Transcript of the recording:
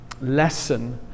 lesson